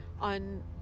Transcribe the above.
on